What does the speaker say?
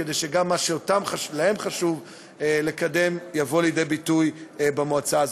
כדי שגם מה שלהם חשוב לקדם יבוא לידי ביטוי במועצה הזאת.